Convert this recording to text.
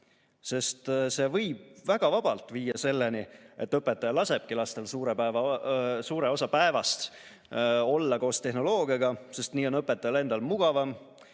Sest see võib väga vabalt viia selleni, et õpetaja lasebki lastel suure osa päevast olla koos tehnoloogiaga, sest nii on õpetajal endal mugavam.